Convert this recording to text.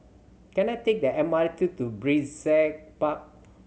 can I take the M R T to Brizay Park